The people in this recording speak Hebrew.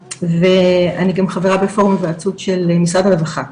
ואני גם חברה בפורום היוועצות של משרד הרווחה,